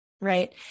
Right